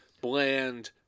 bland